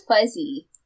fuzzy